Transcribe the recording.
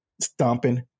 stomping